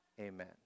amen